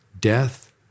death